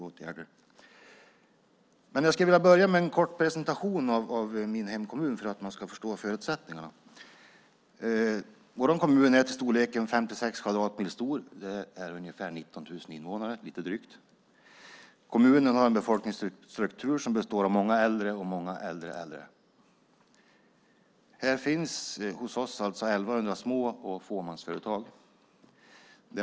Jag skulle vilja börja med en kort presentation av min hemkommun - detta för att man ska förstå förutsättningarna. Kommunen är 56 kvadratmil stor och har lite drygt 19 000 invånare. Kommunen har en befolkningsstruktur med många äldre och många äldre äldre. Hos oss finns det 1 100 småföretag och fåmansföretag.